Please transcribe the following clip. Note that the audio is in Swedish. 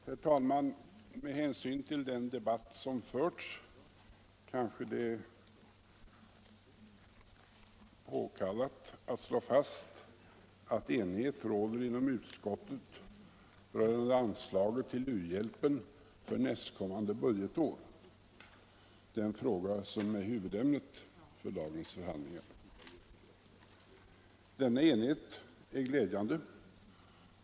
Herr talman! Med hänsyn till den debatt som här förts kan det vara påkallat att slå fast att enighet råder inom utskottet rörande anslaget till u-hjälpen för nästkommande budgetår, alltså den fråga som är hu vudämnet vid dagens förhandlingar. Denna enighet är glädjande.